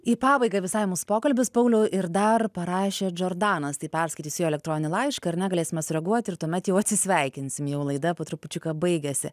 į pabaigą visai mūsų pokalbis pauliau ir dar parašė džordanas tai perskaitysiu jo elektroninį laišką ar na galėsime reaguoti ir tuomet jau atsisveikinsim jau laida po trupučiuką baigiasi